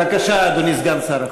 בבקשה, אדוני סגן שר החוץ.